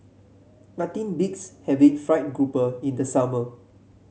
nothing beats having fried grouper in the summer